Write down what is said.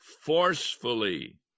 forcefully